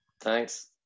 Thanks